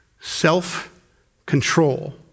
self-control